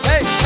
hey